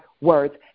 words